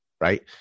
right